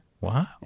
Wow